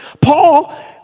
Paul